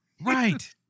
Right